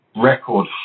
record